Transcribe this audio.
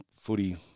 footy